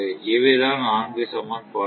இவைதான் நான்கு சமன்பாடுகள்